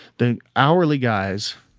the hourly guys,